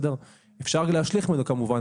אפשר להשליך ממנו כמובן,